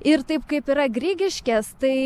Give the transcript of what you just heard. ir taip kaip yra grigiškės tai